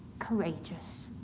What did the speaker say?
courageous.